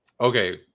okay